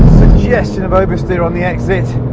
suggestion of oversteer on the exit.